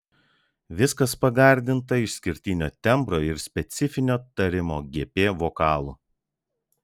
viskas pagardinta išskirtinio tembro ir specifinio tarimo gp vokalu